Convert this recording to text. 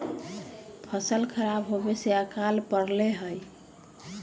फसल खराब होवे से अकाल पडड़ा हई